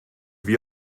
wie